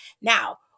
Now